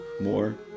more